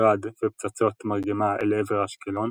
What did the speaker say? גראד ופצצות מרגמה אל עבר אשקלון,